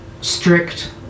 strict